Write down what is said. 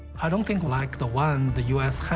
i don't think like the one the u s.